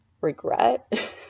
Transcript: regret